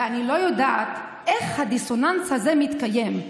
ואני לא יודעת איך הדיסוננס הזה מתקיים,